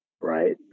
Right